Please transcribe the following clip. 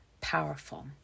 Powerful